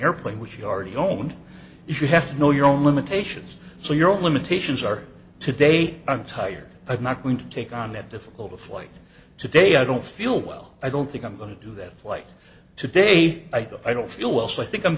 airplane which you already own if you have to know your own limitations so your limitations are today i'm tired of not going to take on that difficult a flight today i don't feel well i don't think i'm going to do that flight today i don't feel well so i think i'm